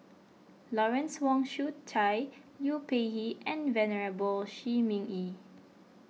Lawrence Wong Shyun Tsai Liu Peihe and Venerable Shi Ming Yi